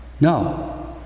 No